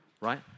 right